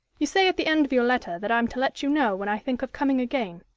you say at the end of your letter that i'm to let you know when i think of coming again,